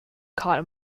caught